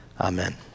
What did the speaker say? Amen